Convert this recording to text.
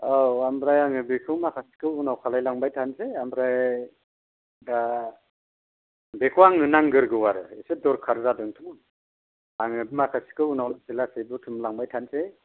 औ ओमफ्राय आङो बेखौ माखासैखौ उनाव खालाम लांबाय थासै ओमफ्राय दा बेखौ आंनो नांग्रोगौ आरो एसे दरखार जादों आङो माखासेखौ उनाव लानोसै बुथुमलांबाय थानोसै